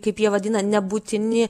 kaip jie vadina nebūtini